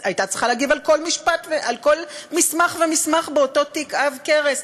הייתה צריכה להגיב על כל מסמך ומסמך באותו תיק עב כרס.